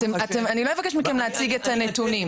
ברוך השם --- לא אבקש מכם להציג את הנתונים.